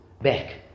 back